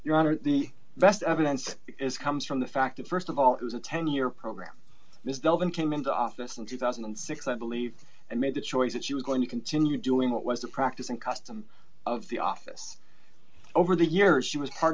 your honor the best evidence is comes from the fact that st of all it was a ten year program mr elvin came into office in two thousand and six i believe and made the choice that she was going to continue doing what was the practice and custom of the office over the years she was part